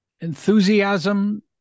enthusiasm